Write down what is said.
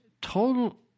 total